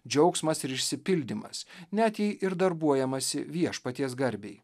džiaugsmas ir išsipildymas net jei ir darbuojamasi viešpaties garbei